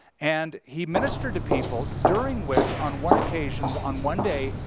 and he ministered to people, during which on one occasion, on one day,